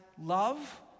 love